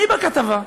אני בכתבה,